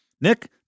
Nick